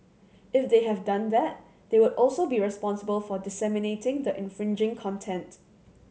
if they have done that they would also be responsible for disseminating the infringing content